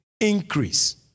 increase